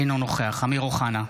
אינו נוכח אמיר אוחנה,